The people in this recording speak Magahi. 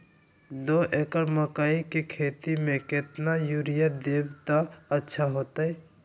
दो एकड़ मकई के खेती म केतना यूरिया देब त अच्छा होतई?